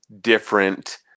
different